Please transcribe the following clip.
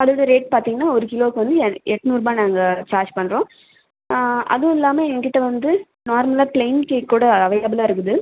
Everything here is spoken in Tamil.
அது வந்து ரேட் பார்த்தீங்கனா ஒரு கிலோக்கு வந்து எ எண்நூறுபா நாங்கள் சார்ஜ் பண்ணுறோம் அதுவும் இல்லாமல் எங்கிட்ட வந்து நார்மலாக ப்ளைன் கேக் கூட அவைலபுளாக இருக்குது